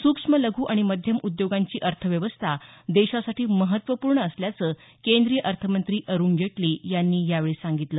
सुक्ष्म लघू आणि मध्यम उद्योगांची अर्थव्यवस्था देशासाठी महत्वपूर्ण असल्याचं केंद्रीय अर्थमंत्री अरुण जेटली यांनी यावेळी सांगितलं